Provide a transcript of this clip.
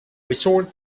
resort